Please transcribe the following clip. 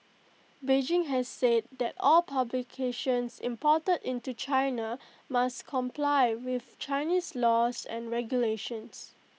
Beijing has said that all publications imported into China must comply with Chinese laws and regulations